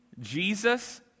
Jesus